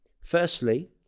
Firstly